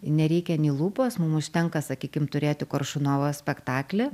nereikia nei lūpos mum užtenka sakykim turėti koršunovo spektaklį